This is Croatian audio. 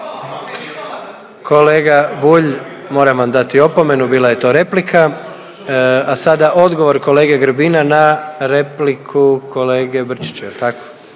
Kolega Bulj, moram vam dati opomenu bila je to replika. A sada odgovor kolege Grbina na repliku kolege Brčića.